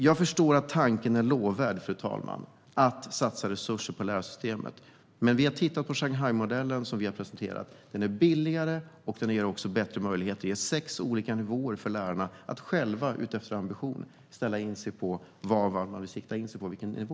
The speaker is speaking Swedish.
Jag förstår att tanken att satsa resurser på lärarsystemet är lovvärd. Sverigedemokraterna har presenterat Shanghaimodellen. Den är billigare och ger bättre möjligheter. Där finns sex nivåer för lärarna att själva utifrån ambition sikta in sig på en nivå.